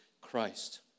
Christ